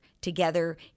together